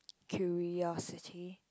curiosity